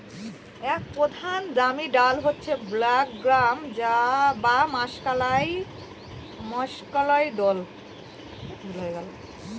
এক প্রধান দামি ডাল হচ্ছে ব্ল্যাক গ্রাম বা মাষকলাইর দল